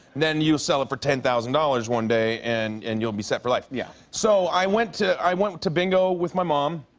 then you'll sell it for ten thousand dollars one day, and and you'll be set for life. yeah. so, i went to i went to bingo with my mom.